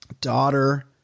daughter